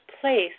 place